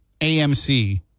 AMC